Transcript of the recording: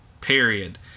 Period